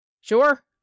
Sure